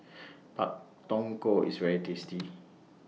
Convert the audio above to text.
Pak Thong Ko IS very tasty